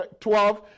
12